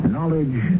Knowledge